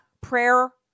Prayer